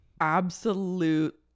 absolute